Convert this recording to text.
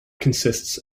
consists